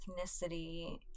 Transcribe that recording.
ethnicity